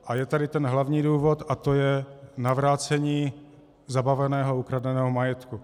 A je tady ten hlavní důvod a to je navrácení zabaveného a ukradeného majetku.